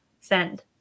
send